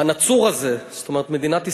הנצור הזה" זאת אומרת מדינת ישראל,